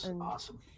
awesome